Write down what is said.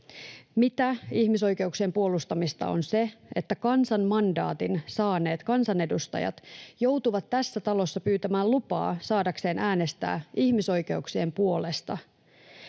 Mitä ihmisoikeuksien puolustamista on se, että kansan mandaatin saaneet kansanedustajat joutuvat tässä talossa pyytämään lupaa saadakseen äänestää ihmisoikeuksien puolesta?